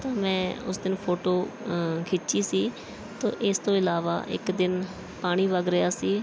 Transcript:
ਤਾਂ ਮੈਂ ਉਸ ਦਿਨ ਫੋਟੋ ਖਿੱਚੀ ਸੀ ਤਾਂ ਇਸ ਤੋਂ ਇਲਾਵਾ ਇੱਕ ਦਿਨ ਪਾਣੀ ਵਗ ਰਿਹਾ ਸੀ